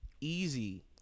Easy